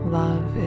love